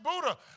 Buddha